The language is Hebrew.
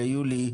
ליולי,